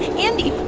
andi!